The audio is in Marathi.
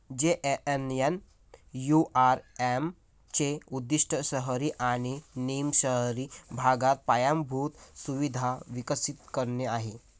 जे.एन.एन.यू.आर.एम चे उद्दीष्ट शहरी आणि निम शहरी भागात पायाभूत सुविधा विकसित करणे आहे